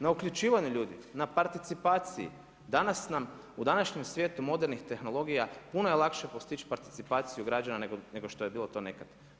Na uključivanje ljudi, na participaciji, u današnjem svijetu modernih tehnologija, puno je lakše postići participaciju građana nego što je bilo to nekada.